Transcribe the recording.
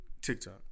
TikTok